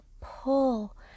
pull